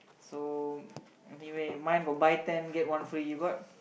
so anyway mine got buy ten get one free you got